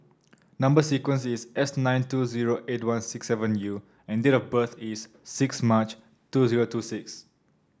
number sequence is S nine two zero eight one six seven U and date of birth is six March two zero two six